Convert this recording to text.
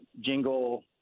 jingle